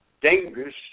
dangerous